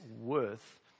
worth